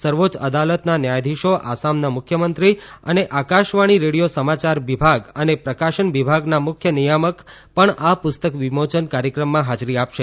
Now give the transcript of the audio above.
સર્વોચ્ય અદાલતના ન્યાયાધીસો આસામના મુખ્યમંત્રી અને આકાશવાણી રેડિયો સમાચાર અને પ્રકાશન વિબાગના મુખ્ય નિયામક પણ આ પુસ્તક વિમોચન કાર્યક્રમમાં હાજરી આપશે